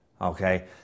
okay